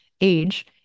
age